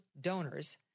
donors